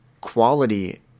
quality